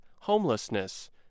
homelessness